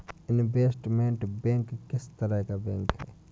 Investment bank किस तरह का बैंक है?